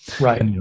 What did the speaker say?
Right